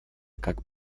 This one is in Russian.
как